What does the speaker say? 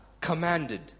commanded